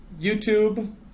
YouTube